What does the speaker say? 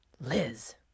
Liz